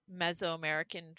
Mesoamerican